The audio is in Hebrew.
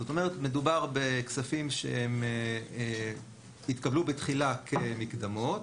זאת אומרת מדובר בכספים שהתקבלו בתחילה כמקדמות,